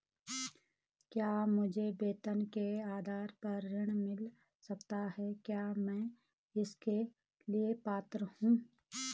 क्या मुझे वेतन के आधार पर ऋण मिल सकता है क्या मैं इसके लिए पात्र हूँ?